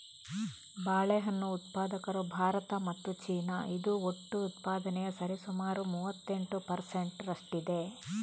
ಬಾಳೆಹಣ್ಣು ಉತ್ಪಾದಕರು ಭಾರತ ಮತ್ತು ಚೀನಾ, ಇದು ಒಟ್ಟು ಉತ್ಪಾದನೆಯ ಸರಿಸುಮಾರು ಮೂವತ್ತೆಂಟು ಪರ್ ಸೆಂಟ್ ರಷ್ಟಿದೆ